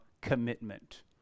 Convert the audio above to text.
Commitment